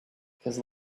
because